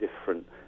different